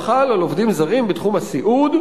הנוהל חל על עובדים זרים בתחום הסיעוד,